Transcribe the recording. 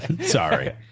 Sorry